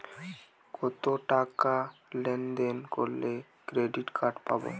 কতটাকা লেনদেন করলে ক্রেডিট কার্ড পাব?